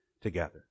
together